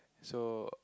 so